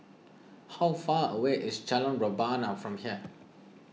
how far away is Jalan Rebana from here